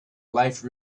life